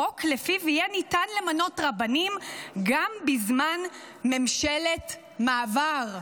חוק שלפיו יהיה ניתן למנות רבנים גם בזמן ממשלת מעבר.